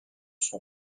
son